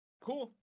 cool